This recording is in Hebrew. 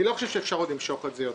אני לא חושב שאפשר למשוך את זה יותר.